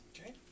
Okay